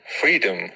freedom